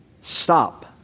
Stop